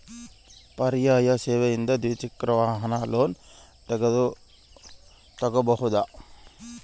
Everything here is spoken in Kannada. ಪರ್ಯಾಯ ಸೇವೆಯಿಂದ ದ್ವಿಚಕ್ರ ವಾಹನದ ಲೋನ್ ತಗೋಬಹುದಾ?